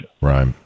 Right